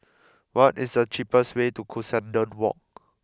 what is the cheapest way to Cuscaden Walk